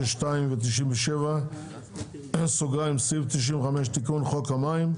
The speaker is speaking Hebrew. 96(2) ו-97 (סעיף 95 תיקון חוק המים)